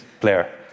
player